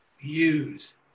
use